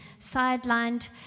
sidelined